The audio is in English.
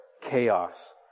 chaos